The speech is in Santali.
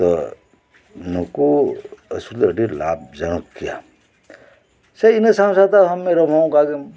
ᱛᱳ ᱱᱩᱠᱩ ᱟᱹᱥᱩᱞ ᱫᱚ ᱟᱹᱰᱤ ᱞᱟᱵᱷ ᱡᱚᱱᱚᱠ ᱜᱮᱭᱟ ᱥᱮ ᱤᱱᱟᱹ ᱥᱟᱶ ᱥᱟᱶᱛᱮ ᱢᱮᱨᱚᱢ ᱦᱚᱸ ᱚᱱᱠᱟᱜᱮᱢ